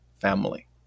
family